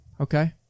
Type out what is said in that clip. Okay